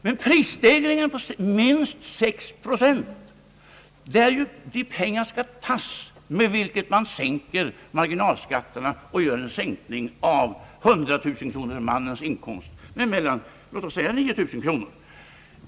Men prisstegringen på minst 6 procent är ju det område där man skall ta de pengar med vilka man sänker marginalskatterna och åstadkommer en sänkning av 100 000-kronorsmannens skatt med låt oss säga 9 000 kronor.